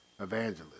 evangelist